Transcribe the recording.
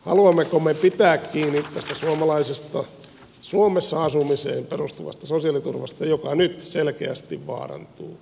haluammeko me pitää kiinni tästä suomalaisesta suomessa asumiseen perustuvasta sosiaaliturvasta joka nyt selkeästi vaarantuu